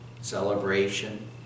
celebration